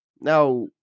Now